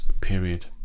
period